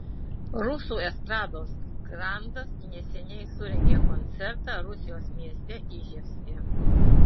rusų estrados grandas neseniai surengė koncertą rusijos mieste iževske